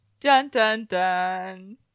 Dun-dun-dun